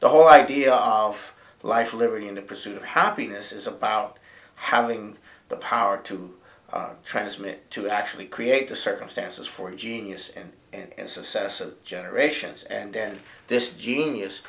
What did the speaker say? the whole idea of life liberty and the pursuit of happiness is about having the power to transmit to actually create the circumstances for genius and and successive generations and then this genius